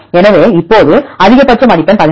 எனவே இப்போது அதிகபட்ச மதிப்பெண் 18